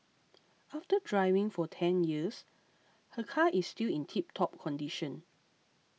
after driving for ten years her car is still in tiptop condition